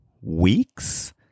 weeks